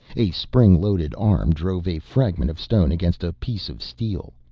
a spring-loaded arm drove a fragment of stone against a piece of steel,